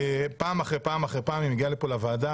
ופעם אחרי פעם אחרי פעם היא מגיעה לפה לוועדה,